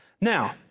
Now